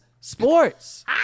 sports